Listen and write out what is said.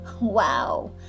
Wow